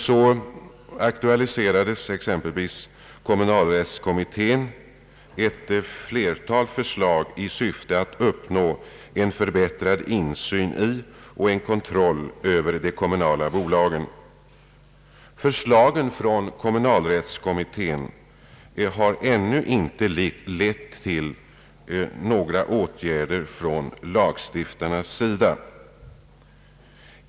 Så aktualiserade exempelvis kommunalrättskommittén ett flertal förslag i syfte att uppnå en förbättrad insyn i och en kontroll över de kommunala bolagen. Förslagen från kommunalrättskommittén har ännu inte lett till några åtgärder från lagstiftarnas sida.